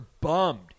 bummed